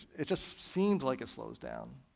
it just seems like it slows down.